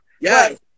Yes